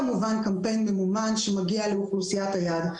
כמובן קמפיין ממומן שמגיע לאוכלוסיית היעד,